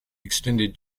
extended